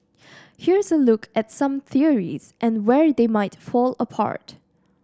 here's a look at some theories and where they might fall apart